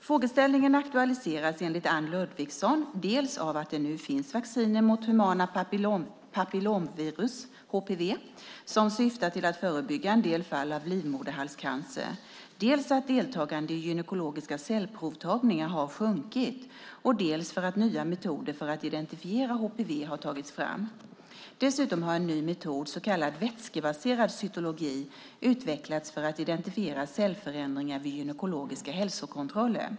Frågeställningen aktualiseras enligt Anne Ludvigsson av dels att det nu finns vacciner mot humana papillomvirus, HPV, som syftar till att förebygga en del fall av livmoderhalscancer, dels att deltagandet i gynekologiska cellprovtagningar har sjunkit och dels att nya metoder för att identifiera HPV har tagits fram. Dessutom har en ny metod, så kallad vätskebaserad cytologi, utvecklats för att identifiera cellförändringar vid gynekologiska hälsokontroller.